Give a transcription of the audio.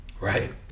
Right